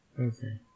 Okay